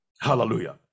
Hallelujah